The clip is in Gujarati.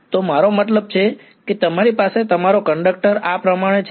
તો મારો મતલબ છે કે તમારી પાસે તમારો કંડક્ટર આ પ્રમાણે છે